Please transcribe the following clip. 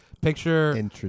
Picture